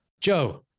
Joe